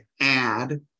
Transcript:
add